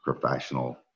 professional